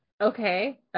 Okay